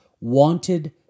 wanted